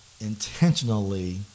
intentionally